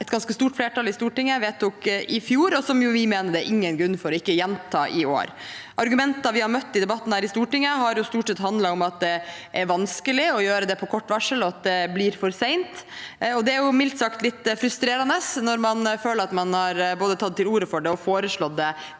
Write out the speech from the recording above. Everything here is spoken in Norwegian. et ganske stort flertall i Stortinget vedtok i fjor, og som vi mener det ikke er noen grunn til ikke å gjenta i år. Argumentene vi har møtt i debatten her i Stortinget, har stort sett handlet om at det er vanskelig å gjøre det på kort varsel, og at det blir for sent. Det er mildt sagt litt frustrerende når man føler at man både har tatt til orde for det og foreslått det